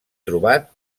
trobat